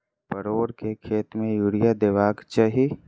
परोर केँ खेत मे यूरिया देबाक चही?